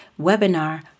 webinar